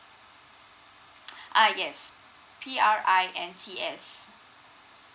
uh yes P R I N T S